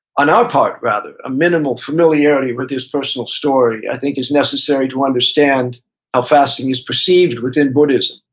on our part rather, a minimal familiarity with his personal story i think is necessary to understand how fasting is perceived within buddhism.